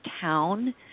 town